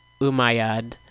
Umayyad